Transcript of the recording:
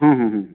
ହୁଁ ହୁଁ ହୁଁ